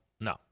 No